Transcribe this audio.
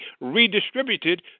redistributed